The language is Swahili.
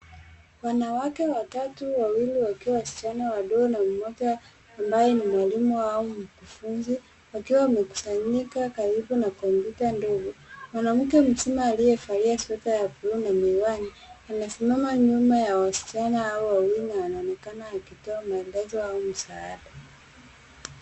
Wanawake watatu, wawili wakiwa wasichana wadogo, na mmoja ambaye ni mwalimu au mkufunzi, wakiwa wamekusanyika karibu na kompyuta ndogo. Mwanamke mzima aliyevalia sweta ya blue na miwani, amesimama nyuma ya wasichana hao wawili anaonekana akitoa maelezo au msaada.